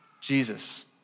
Jesus